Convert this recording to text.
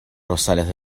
rosales